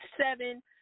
seven